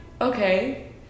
okay